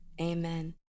Amen